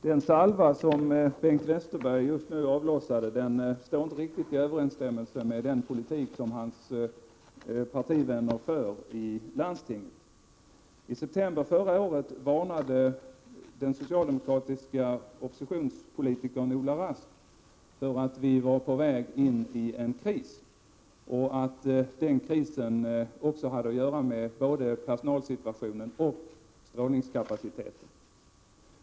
Herr talman! Den salva som Bengt Westerberg just nu avlossade står inte riktigt i överensstämmelse med den politik som hans partivänner för i landstinget. I september förra året varnade den socialdemokratiska oppositionspolitikern Ola Rask för att vi var på väg in i en kris och att den krisen hade att göra med både personalsituationen och strålningskapaciteten.